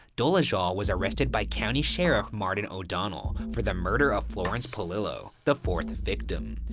dolezal was arrested by county sheriff, martin o'donnell, for the murder of florence polillo, the fourth victim.